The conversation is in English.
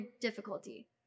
difficulty